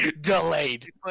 delayed